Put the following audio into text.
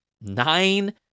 nine